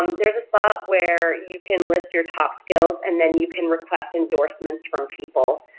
um there's a spot where you can list your top skills and then you can request endorsements from people,